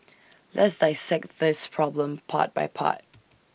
let's dissect this problem part by part